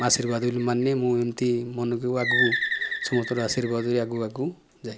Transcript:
ଆଶୀର୍ବାଦ ବୋଲି ମାନି ନିଏ ମୁଁ ଏମିତି ମନକୁ ଆଗକୁ ସମସ୍ତଙ୍କର ଆଶୀର୍ବାଦ ଧରି ଆଗକୁ ଆଗକୁ ଯାଏ